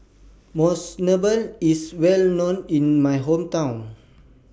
Monsunabe IS Well known in My Hometown